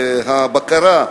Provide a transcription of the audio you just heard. בקרה,